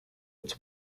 its